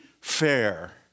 Fair